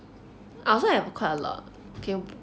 I also have quite a lot